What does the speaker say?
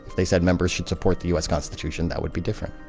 they said members should support the us constitution, that would be different.